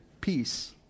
peace